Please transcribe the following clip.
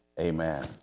Amen